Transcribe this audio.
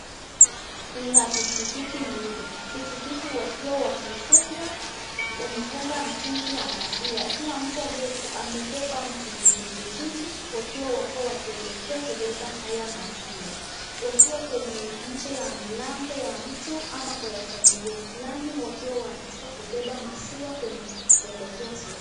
Kuna pikipiki mbili. Pikipiki wakiwa wamefunga mtungi ya maziwa. Kila mtu amebeba mtungi mbili mbili wakiwa wako wakielekea kubeba haya maziwa. Wakiwa kwenye nje ya mlango ya mtu ama kwa ya familia fulani wakiwa wanataka kubeba maziwa kuelekea so